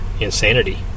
insanity